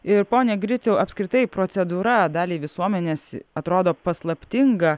ir pone griciau apskritai procedūra daliai visuomenės atrodo paslaptinga